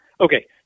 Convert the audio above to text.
okay